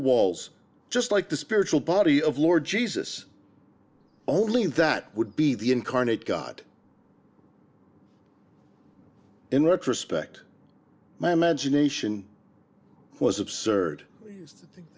walls just like the spiritual body of lord jesus only that would be the incarnate god in retrospect my imagination was absurd